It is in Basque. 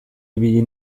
ibili